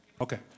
Okay